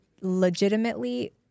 legitimately